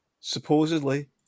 supposedly